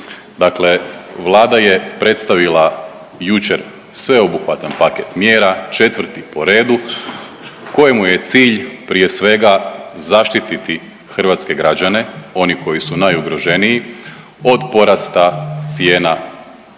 Dakle Vlada je predstavila jučer sveobuhvatan paket mjera, 4. po redu kojemu je cilj prije svega zaštititi hrvatske građane, oni koji su najugroženiji, od porasta cijena struje,